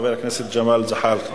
חבר הכנסת ג'מאל זחאלקה.